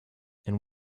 and